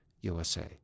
USA